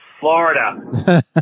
Florida